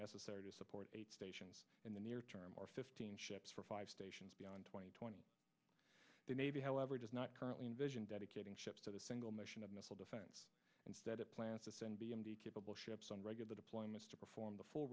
necessary to support eight stations in the near term or fifteen ships for five stations beyond two thousand and twenty the navy however does not currently envision dedicating ships to the single mission of missile defense instead it plans to send b m d capable ships on regular deployments to perform the full